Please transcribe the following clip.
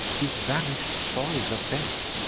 is vanish'd troy's offense?